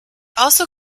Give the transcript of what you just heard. also